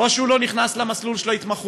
או שהוא לא נכנס למסלול של ההתמחות.